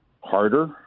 harder